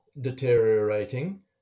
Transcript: Deteriorating